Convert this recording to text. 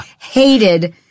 hated